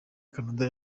canada